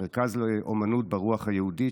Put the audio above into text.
המרכז לאומנות ברוח יהודית,